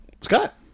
Scott